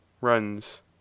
runs